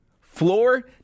floor